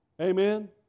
Amen